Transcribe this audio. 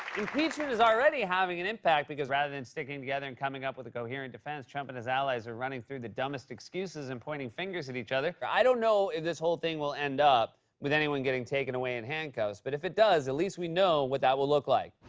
impeachment is already having an impact because rather than sticking together and coming up with a coherent defense, trump and his allies are running through the dumbest excuses and pointing fingers at each other. i don't know if this whole thing will end up with anyone getting taken away in handcuffs, but if it does, at least we know what that will look like.